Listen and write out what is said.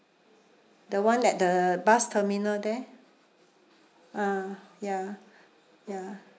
the one that the bus terminal there ah ya ya